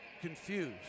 confused